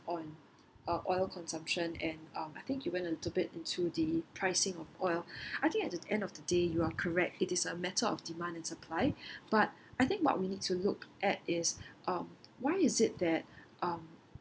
on um oil consumption and um I think you went a little bit into the pricing of oil I think at the end of the day you are correct it is a matter of demand and supply but I think what we need to look at is um why is it that um